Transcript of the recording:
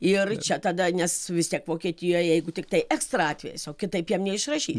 ir čia tada nes vis tiek vokietijoj jeigu tiktai ekstra atvejis o kitaip jam neišrašys